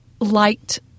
liked